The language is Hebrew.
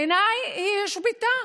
בעיניי היא הושבתה